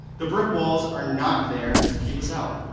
the brick walls are not there to keep us out.